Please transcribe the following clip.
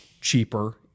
cheaper